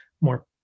more